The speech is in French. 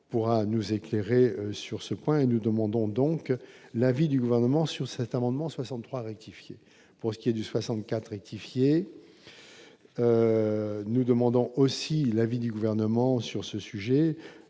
pourra nous éclairer sur ce point et nous demandons donc l'avis du gouvernement, sur cet amendement 63 rectifier pour ce qui est du 64 édifié nous demandons aussi l'avis du gouvernement sur ce sujet,